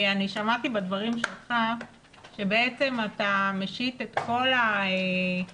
אני שמעתי בדברים שלך שבעצם אתה משית את כל הבעיה